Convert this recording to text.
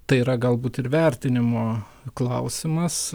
tai yra galbūt ir vertinimo klausimas